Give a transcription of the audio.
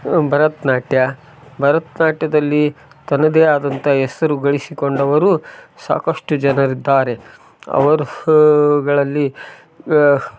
ಭರತ ನಾಟ್ಯ ಭರತ ನಾಟ್ಯದಲ್ಲಿ ತನ್ನದೆ ಆದಂತ ಹೆಸ್ರುಗಳಿಸಿಕೊಂಡವರು ಸಾಕಷ್ಟು ಜನರಿದ್ದಾರೆ ಅವರು ಗಳಲ್ಲಿ